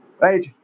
right